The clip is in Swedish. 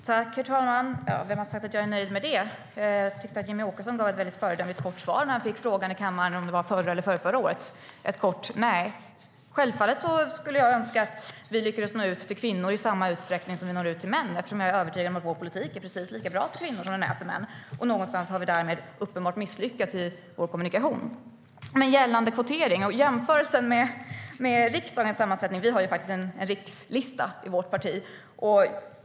Herr talman! Vem har sagt att jag är nöjd med det? Jag tycker att Jimmie Åkesson gav ett föredömligt kort svar när han fick frågan i kammaren förra eller förrförra året: ett kort nej. Självfallet skulle jag önska att vi lyckades nå ut till kvinnor i samma utsträckning som vi når ut till män, eftersom jag är övertygad om att vår politik är precis lika bra för kvinnor som för män. Någonstans har vi därmed uppenbart misslyckats i vår kommunikation. Gällande kvotering och jämförelsen med riksdagens sammansättning vill jag framhålla att vi har en rikslista i vårt parti.